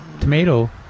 tomato